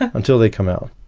until they come out.